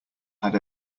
had